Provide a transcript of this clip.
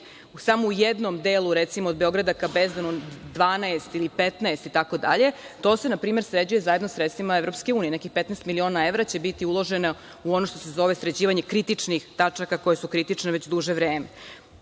ih samo u jednom delu od Beograda ka Bezdanu 12 ili 15 itd, to se npr. sređuje zajedno sredstvima EU. Nekih 15 miliona evra će biti uloženo u ono što se zove sređivanje kritičnih tačaka koje su kritične već duže vreme. Vrlo